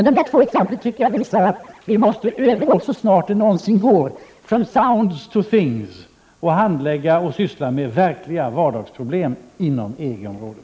Dessa två exempel visar att vi så snart det går måste övergå ”from sounds to things” och syssla med"verkliga vardagsproblem inom EG-området.